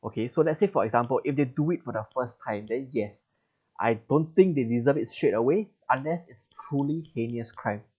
okay so let's say for example if they do it for the first time then yes I don't think they deserve it straight away unless it's truly heinous crime